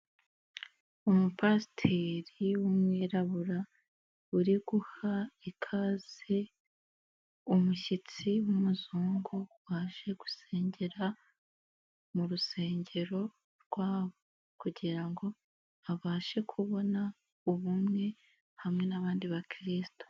Umupasiteri w'umwirabura, uri guha ikaze umushyitsi w'umuzungu waje gusengera mu rusengero rwabo kugira ngo abashe kubona ubumwe hamwe nbandi bakiristo.